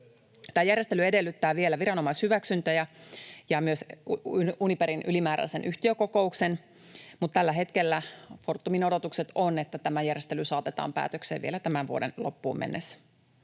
järjestely edellyttää vielä viranomaishyväksyntöjä ja myös Uniperin ylimääräisen yhtiökokouksen, mutta tällä hetkellä Fortumin odotukset ovat, että tämä järjestely saatetaan päätökseen vielä tämän vuoden loppuun mennessä.